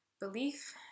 belief